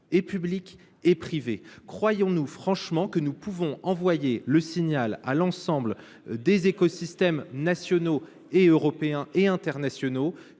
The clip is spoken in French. publics et privés ? Croyez vous franchement que nous puissions envoyer le signal à l’ensemble des écosystèmes nationaux, européens et internationaux